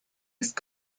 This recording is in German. ist